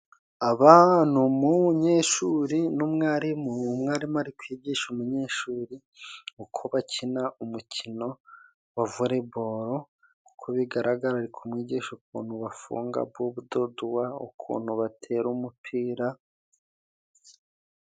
Aba ni umunyeshuri n’umwarimu, umwarimu ari kwigisha umunyeshuri uko bakina umukino wa volebolo. Uko bigaragara, ari kumwigisha ukuntu bafunga budoduwa, ukuntu batera umupira.